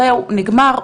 זהו נגמר,